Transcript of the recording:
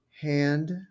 hand